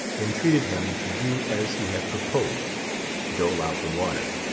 entreated him to do as he had proposed dole out the water.